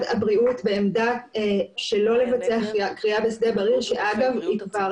הבריאות בעמדה שלא לבצע כרייה בשדה בריר שאגב היא כבר